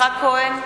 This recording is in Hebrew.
יצחק כהן,